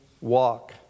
walk